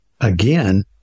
again